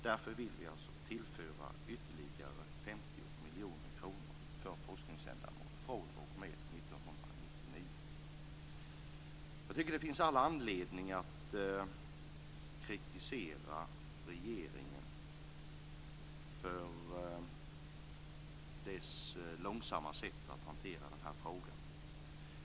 Därför vill vi tillföra ytterligare 50 miljoner kronor för forskningsändamål fr.o.m. 1999. Jag tycker att det finns all anledning att kritisera regeringen för dess långsamma sätt att hantera denna fråga.